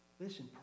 Listen